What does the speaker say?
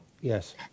Yes